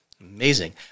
Amazing